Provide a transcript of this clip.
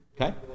Okay